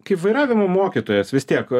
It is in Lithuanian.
kaip vairavimo mokytojas vis tiek